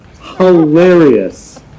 hilarious